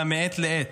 אלא מעת לעת,